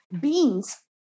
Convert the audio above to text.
beans